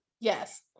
yes